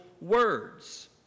words